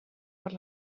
per